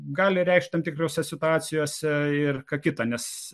gali reikšti tam tikrose situacijose ir ką kita nes